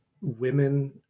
women